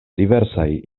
diversaj